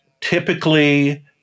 typically